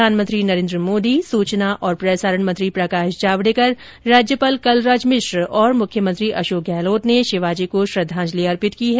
प्रधानमंत्री नरेन्द्र मोदी सूचना और प्रसारण मंत्री प्रकाश जावडेकर राज्यपाल कलराज मिश्र और मुख्यमंत्री अशोक गहलोत ने शिवाजी को श्रद्वांजलि अर्पित की है